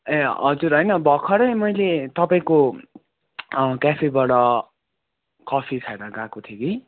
ए हजुर होइन भर्खरै मैले तपाईँको क्याफेबाट कफी खाएर गएको थिएँ कि